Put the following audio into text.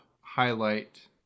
highlight